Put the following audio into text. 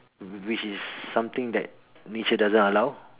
wh~ which is something that nature doesn't allow